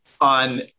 on